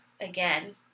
Again